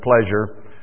pleasure